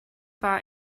bar